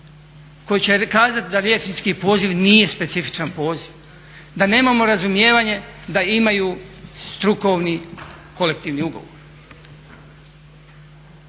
tko će kazati da liječnički poziv nije specifičan poziv, da nemamo razumijevanje da imaju strukovni kolektivni ugovor.